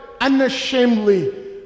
unashamedly